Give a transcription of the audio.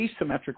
asymmetric